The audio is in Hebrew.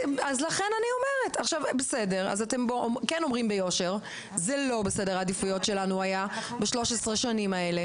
אז אתם כן אומרים ביושר: זה לא היה בסדר העדיפויות שלנו ב-13 שנים האלה.